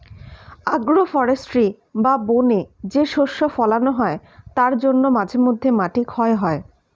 agro forestry বা বনে যে শস্য ফোলানো হয় তার জন্য মাঝে মধ্যে মাটি ক্ষয় হয়